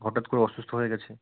হঠাৎ করে অসুস্থ হয়ে গেছে